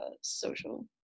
social